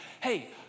Hey